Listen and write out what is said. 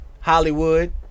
Hollywood